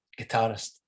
guitarist